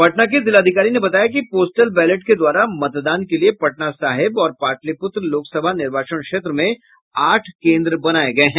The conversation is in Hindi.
पटना के जिलाधिकारी ने बताया कि पोस्टल बैलेट के द्वारा मतदान के लिए पटना साहिब और पाटलिपुत्र लोकसभा निर्वाचन क्षेत्र में आठ केन्द्र बनाये गये हैं